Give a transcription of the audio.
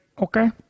Okay